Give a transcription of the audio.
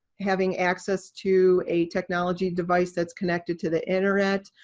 having access to a technology device that's connected to the internet.